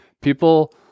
People